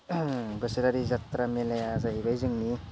बोसोरारि जात्रा मेलाया जाहैबाय जोंनि